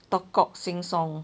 talk cock sing song